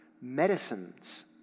medicines